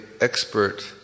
expert